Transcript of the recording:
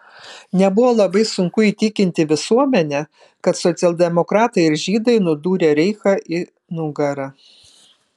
nebuvo labai sunku įtikinti visuomenę kad socialdemokratai ir žydai nudūrė reichą į nugarą